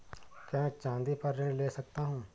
क्या मैं चाँदी पर ऋण ले सकता हूँ?